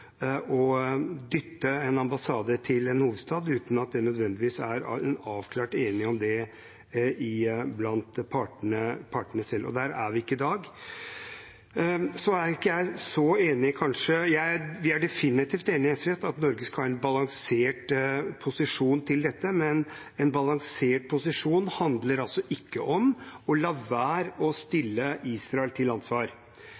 dytte en ambassade til en hovedstad uten at det nødvendigvis er en avklart enighet om det blant partene selv, og der er vi ikke i dag. Så er jeg kanskje ikke så enig videre. Vi i SV er definitivt enig i at Norge skal ha en balansert posisjon i dette, men en balansert posisjon handler altså ikke om å la være å